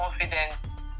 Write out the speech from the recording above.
confidence